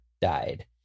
died